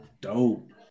Dope